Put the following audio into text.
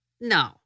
No